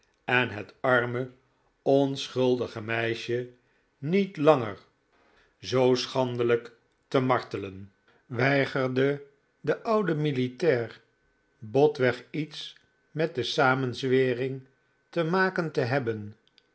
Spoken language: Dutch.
en het arme onschuldige meisje niet langer zoo schandelijk te martelen weigerde de oude militair botweg iets met de saraenzwering te maken te hebben